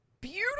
beautiful